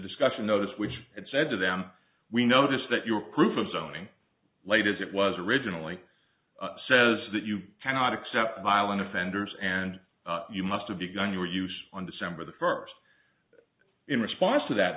discussion notice which it said to them we noticed that your proof of zoning late as it was originally says that you cannot accept violent offenders and you must have begun your use on december the first in response to that